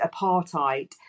apartheid